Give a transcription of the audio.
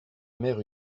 mère